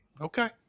Okay